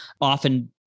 Often